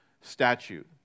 statute